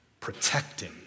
Protecting